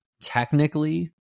Technically